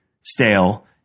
stale